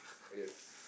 uh yes